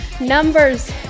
Numbers